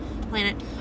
planet